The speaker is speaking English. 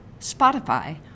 Spotify